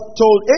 told